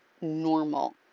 normal